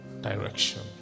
direction